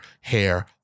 hair